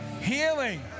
healing